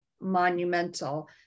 monumental